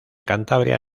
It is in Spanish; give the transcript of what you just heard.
cantabria